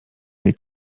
tej